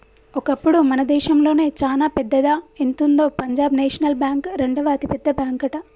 ఒకప్పుడు మన దేశంలోనే చానా పెద్దదా ఎంతుందో పంజాబ్ నేషనల్ బ్యాంక్ రెండవ అతిపెద్ద బ్యాంకట